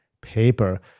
paper